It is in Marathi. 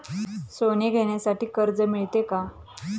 सोने घेण्यासाठी कर्ज मिळते का?